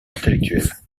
intellectuel